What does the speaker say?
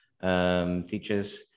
Teachers